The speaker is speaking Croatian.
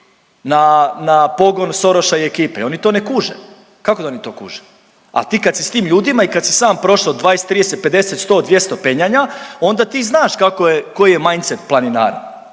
na pogon Soroša i ekipe i oni to ne kuže. Kako da oni to kuže, a ti kad si s tim ljudima i kad si sam prošao 20, 30, 50, 100, 200 penjanja onda ti znaš kako je koji je mindset planinara.